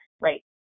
right